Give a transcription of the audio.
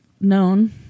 known